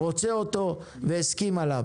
רוצה אותו והסכים עליו.